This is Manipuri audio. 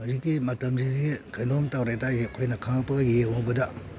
ꯍꯧꯖꯤꯛꯀꯤ ꯃꯇꯝꯁꯤꯗꯤ ꯀꯩꯅꯣꯝ ꯇꯧꯔꯦꯗ ꯑꯩ ꯑꯩꯈꯣꯏꯅ ꯈꯪꯉꯛꯄꯒ ꯌꯦꯡꯎꯕꯗ